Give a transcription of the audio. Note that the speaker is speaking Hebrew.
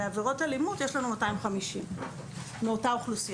בעבירות אלימות יש לנו 250 מאותה אוכלוסייה.